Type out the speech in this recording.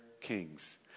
kings